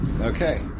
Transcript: Okay